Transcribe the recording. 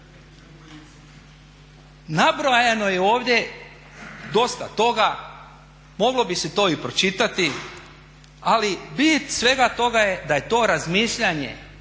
Nabrojano je ovdje dosta toga, moglo bi se to i pročitati ali bit svega toga je da je to razmišljanje